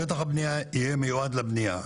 שטח הבנייה יהיה מיועד לבנייה,